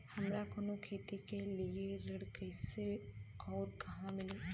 हमरा कवनो खेती के लिये ऋण कइसे अउर कहवा मिली?